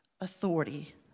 authority